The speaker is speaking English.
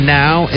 now